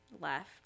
left